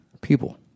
people